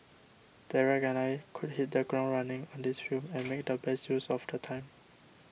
Derek and I could hit the ground running on this film and make the best use of the time